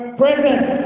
present